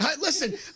Listen